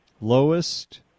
Lowest